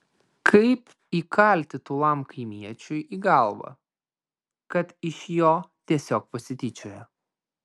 kaip įkalti tūlam kaimiečiui į galvą kad iš jo tiesiog pasityčiojo